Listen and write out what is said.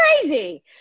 crazy